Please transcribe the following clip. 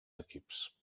equips